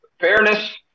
Fairness